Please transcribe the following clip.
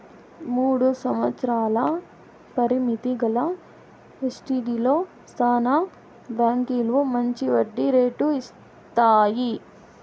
మూడు సంవత్సరాల పరిమితి గల ఎస్టీడీలో శానా బాంకీలు మంచి వడ్డీ రేటు ఇస్తాయి